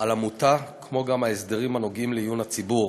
על עמותה, כמו גם ההסדרים הנוגעים לעיון הציבור